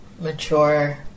mature